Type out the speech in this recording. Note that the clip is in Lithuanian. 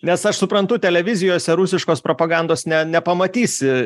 nes aš suprantu televizijose rusiškos propagandos ne nepamatysi